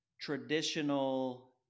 traditional